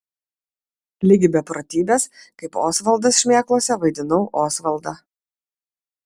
ligi beprotybės kaip osvaldas šmėklose vaidinau osvaldą